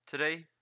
Today